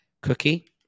cookie